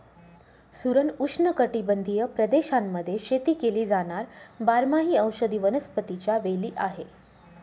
सुरण उष्णकटिबंधीय प्रदेशांमध्ये शेती केली जाणार बारमाही औषधी वनस्पतीच्या वेली आहे